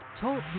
Talk